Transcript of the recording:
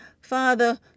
Father